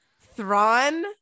thrawn